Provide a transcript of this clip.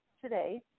today